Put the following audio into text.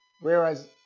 whereas